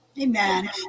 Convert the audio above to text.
Amen